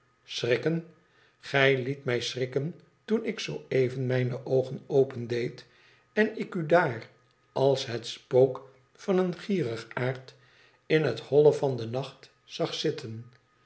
schrikken gij liet mij schrikken toen ik zoo even mijne oogen opendeed en ik u daar als het spook van een gierigaard in het holle van den nacht zag zitten